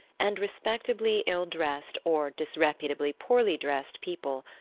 and respectably ill dressed or disreputably poorly dressed people,